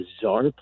bizarre